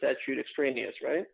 statute extraneous right